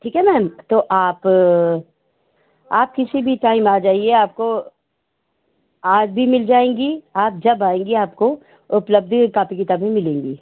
ठीक है मैम तो आप आप किसी भी टाइम आ जाइए आपको आज भी मिल जाएंगी आप जब आएंगी आपको उपलब्ध ही कापी किताबें मिलेगी